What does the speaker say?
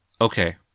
Okay